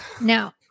Now